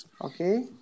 Okay